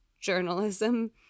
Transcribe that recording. journalism